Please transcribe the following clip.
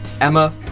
Emma